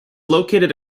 located